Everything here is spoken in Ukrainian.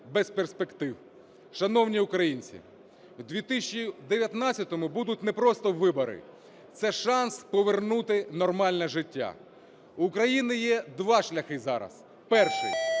без перспектив. Шановні українці! В 2019-му будуть не просто вибори – це шанс повернути нормальне життя. У країни є два шляхи зараз. Перший